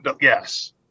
yes